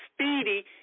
speedy